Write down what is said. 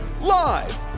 Live